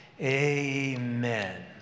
Amen